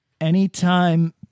anytime